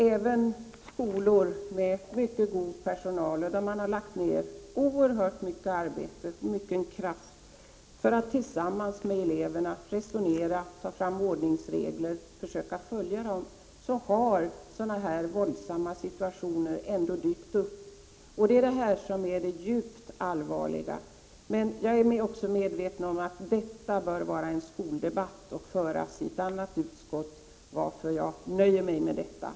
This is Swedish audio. Även i skolor med mycket god personal och där man har lagt ner oerhört mycket arbete, mycken kraft för att tillsammans med eleverna resonera, ta fram ordningsregler och försöka följa dem, har sådana här våldsamma situationer ändå dykt upp. Det är detta som är det djupt allvarliga. Men jag är medveten om att detta bör vara en skoldebatt och föras i ett annat utskott, varför jag nu nöjer mig med det sagda.